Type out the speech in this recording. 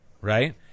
right